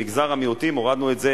במגזר המיעוטים הורדנו את זה,